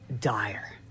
dire